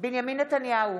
בנימין נתניהו,